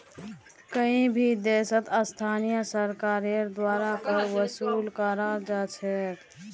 कोई भी देशत स्थानीय सरकारेर द्वारा कर वसूल कराल जा छेक